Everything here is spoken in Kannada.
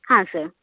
ಹಾಂ ಸರ್